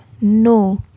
no